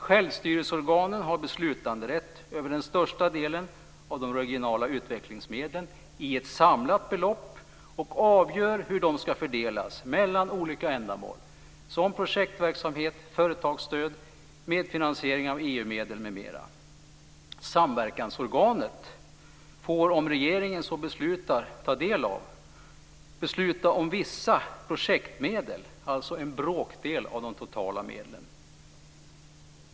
Självstyrelseorganen har beslutanderätt över den största delen av de regionala utvecklingsmedlen i ett samlat belopp och avgör hur de ska fördelas mellan olika ändamål som projektverksamhet, företagsstöd, medfinansiering av EU medel m.m. Samverkansorganet får, om regeringen så beslutar, ta del av och besluta om vissa projektmedel, alltså en bråkdel av de totala medlen.